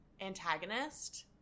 antagonist